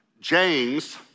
James